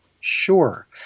Sure